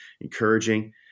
encouraging